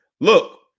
Look